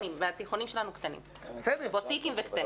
נכון, אבל התיכונים שלנו קטנים, בוטיקים וקטנים.